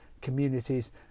communities